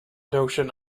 notion